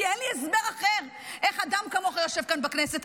כי אין לי הסבר אחר איך אדם כמוך יושב כאן בכנסת.